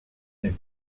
est